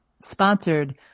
sponsored